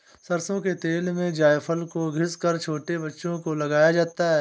सरसों के तेल में जायफल को घिस कर छोटे बच्चों को लगाया जाता है